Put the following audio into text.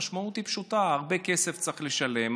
המשמעות היא פשוטה: הרבה כסף צריך לשלם,